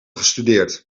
gestudeerd